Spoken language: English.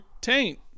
taint